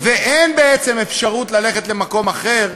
ואין בעצם אפשרות ללכת למקום אחר,